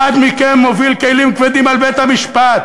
אחד מכם מוביל כלים כבדים על בית-המשפט,